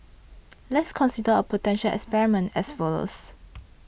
let's consider a potential experiment as follows